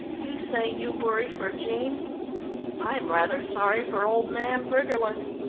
you say you worry for jean i'm rather sorry for old man briggerland.